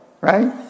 Right